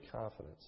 confidence